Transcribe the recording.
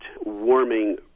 warming